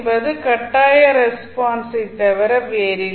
என்பது கட்டாய ரெஸ்பான்ஸை தவிர வேறில்லை